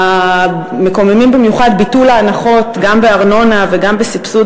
מקומם במיוחד ביטול ההנחות גם בארנונה וגם בסבסוד